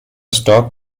stalk